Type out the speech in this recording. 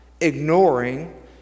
ignoring